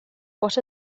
what